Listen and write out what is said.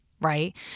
Right